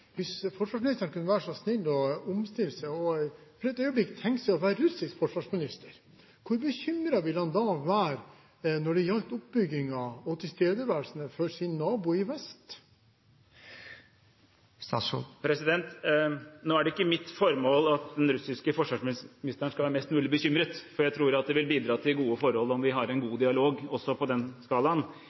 russisk forsvarsminister, hvor bekymret ville han da være når det gjelder oppbyggingen og tilstedeværelsen fra sin nabo i vest? Nå er det ikke mitt formål at den russiske forsvarsministeren skal være mest mulig bekymret. Jeg tror det vil bidra til gode forhold om vi har en god dialog også på den skalaen.